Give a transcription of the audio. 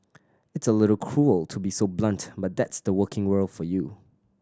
it's a little cruel to be so blunt but that's the working world for you